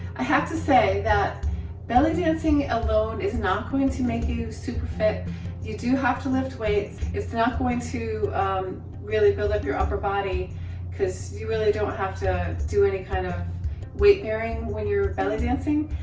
i have to say that belly dancing alone is not going to make you super fit you do have to lift weights. it's not going to really build up your upper body because you really don't have to do any kind of weight bearing when your belly dancing.